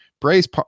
Bray's